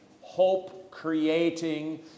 hope-creating